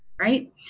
right